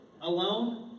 Alone